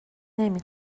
نمی